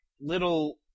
little